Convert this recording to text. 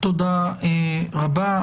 תודה רבה.